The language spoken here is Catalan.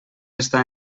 estar